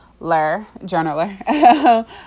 journaler